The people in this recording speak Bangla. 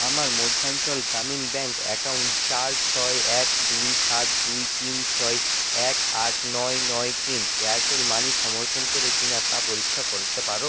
আমার মধ্যাঞ্চল গ্রামীণ ব্যাঙ্ক অ্যাকাউন্ট চার ছয় এক দুই সাত দুই তিন ছয় এক আট নয় নয় তিন এয়ারটেল মানির সমর্থন করে কি না তা পরীক্ষা করতে পারো